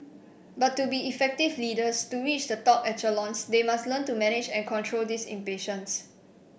but to be effective leaders to reach the top echelons they must learn to manage and control this impatience